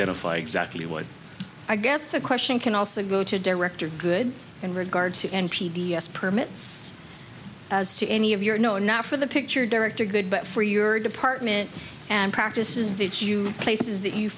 identify exactly what i guess the question can also go to director good in regards to n p d s permits as to any of your no not for the picture director good but for your department and practices that you places that you